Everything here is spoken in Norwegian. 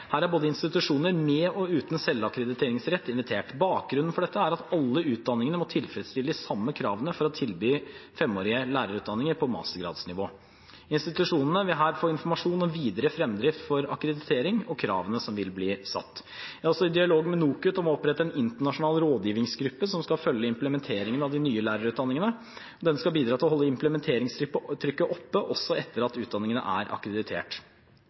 Her er institusjoner både med og uten selvakkrediteringsrett invitert. Bakgrunnen for dette er at alle utdanningene må tilfredsstille de samme kravene for å tilby femårige lærerutdanninger på mastergradsnivå. Institusjonene vil her få informasjon om videre fremdrift for akkreditering og kravene som vil bli satt. Jeg er også i dialog med NOKUT om å opprette en internasjonal rådgivingsgruppe som skal følge implementeringen av de nye lærerutdanningene. Den skal bidra til å holde implementeringstrykket oppe, også etter at utdanningene er akkreditert.